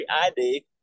ID